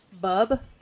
Bub